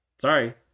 Sorry